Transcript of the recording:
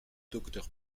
docteur